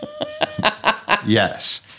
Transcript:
Yes